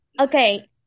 Okay